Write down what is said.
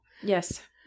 Yes